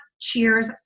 Cheers